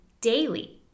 daily